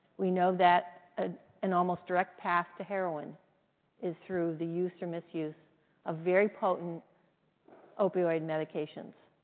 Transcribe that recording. we know that ah an almost direct path to heroin is through the use or misuse of very potent opioid medications.